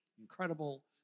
incredible